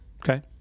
Okay